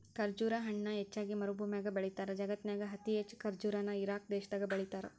ಖರ್ಜುರ ಹಣ್ಣನ ಹೆಚ್ಚಾಗಿ ಮರಭೂಮ್ಯಾಗ ಬೆಳೇತಾರ, ಜಗತ್ತಿನ್ಯಾಗ ಅತಿ ಹೆಚ್ಚ್ ಖರ್ಜುರ ನ ಇರಾಕ್ ದೇಶದಾಗ ಬೆಳೇತಾರ